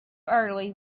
early